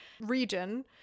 region